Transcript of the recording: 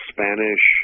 Spanish